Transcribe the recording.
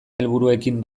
helburuekin